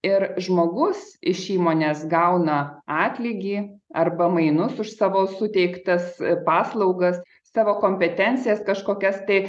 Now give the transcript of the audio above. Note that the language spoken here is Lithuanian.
ir žmogus iš įmonės gauna atlygį arba mainus už savo suteiktas paslaugas savo kompetencijas kažkokias tai